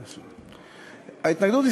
ההתנגדות,